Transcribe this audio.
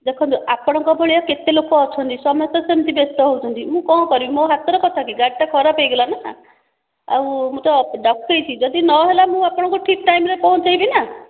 ଦେଖନ୍ତୁ ଆପଣଙ୍କ ଭଳିଆ କେତେ ଲୋକ ଅଛନ୍ତି ସମସ୍ତେ ସେମିତି ବ୍ୟସ୍ତ ହେଉଛନ୍ତି ମୁଁ କଣ କରିବି ମୋ ହାତର କଥା କି ଗାଡ଼ିଟା ଖରାପ ହୋଇଗଲା ନା ଆଉ ମୁଁ ତ ଡ଼କେଇଛି ଯଦି ନ ହେଲା ମୁଁ ଆପଣଙ୍କୁ ଠିକ ଟାଇମ ରେ ପହଞ୍ଚେଇବି ନା